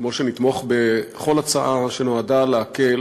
כמו שאני אתמוך בכל הצעה שנועדה להקל